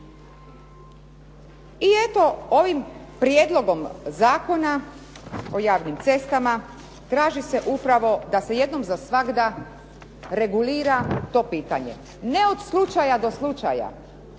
I eto, ovim Prijedlogom zakona o javnim cestama traži se upravo da se jednom za svagda regulira to pitanje, ne od slučaja do slučaja,